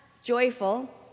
Joyful